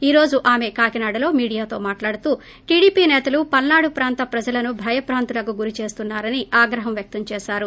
ఈ రోజు ఆమె కాకినాడలో మీడియాతో మాట్లాడుతూ టీడీపీ నేతలు పల్సాడు ప్రాంత ప్రజలను భయభ్రాంతులకు గురిచేస్తున్నా రని ఆగ్రహం వ్యక్తం చేశారు